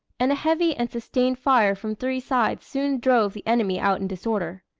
and a heavy and sustained fire from three sides soon drove the enemy out in disorder.